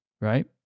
right